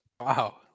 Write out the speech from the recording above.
Wow